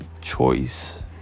choice